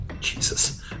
Jesus